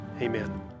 amen